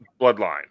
Bloodline